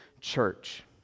church